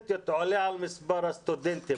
הסטודנטיות עולה על מספר הסטודנטים בארץ.